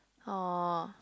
oh